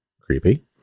Creepy